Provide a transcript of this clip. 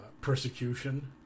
persecution